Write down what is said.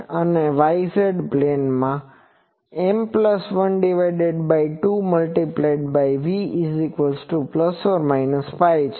અને y z પ્લેનમાં M12V ±Π છે